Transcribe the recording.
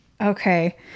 Okay